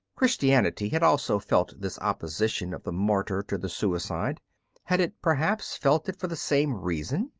christianity had also felt this opposition of the martyr to the suicide had it perhaps felt it for the same reason?